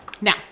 Now